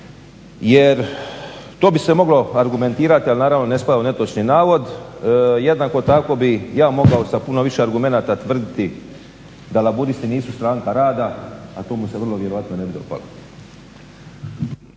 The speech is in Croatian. jer to bi se moglo argumentirati, ali naravno ne spada u netočni navod, jednako tako bi ja mogao sa puno više argumenata tvrditi da laburisti nisu stranka rada, a to mu se vrlo vjerojatno ne bi dopalo.